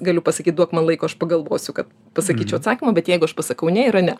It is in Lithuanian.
galiu pasakyt duok man laiko aš pagalvosiu kad pasakyčiau atsakymą bet jeigu aš pasakau ne yra ne